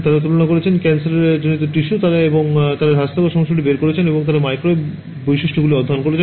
তারা তুলেছেন ক্যান্সারজনিত টিস্যু এবং তারা স্বাস্থ্যকর সমস্যাটি বের করেছেন এবং তারা মাইক্রোওয়েভ বৈশিষ্ট্যগুলি অধ্যয়ন করেছেন